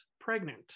pregnant